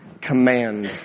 command